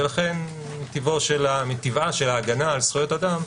ולכן מטבעה של ההגנה על זכויות אדם,